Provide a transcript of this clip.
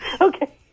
Okay